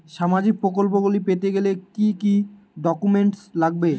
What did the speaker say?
সামাজিক প্রকল্পগুলি পেতে গেলে কি কি ডকুমেন্টস লাগবে?